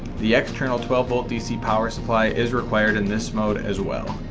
the external twelve volt dc power supply is required in this mode as well.